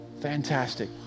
Fantastic